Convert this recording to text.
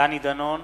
דני דנון,